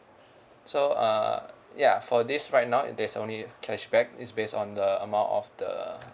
so uh ya for this right now there's only cashback it's based on the amount of the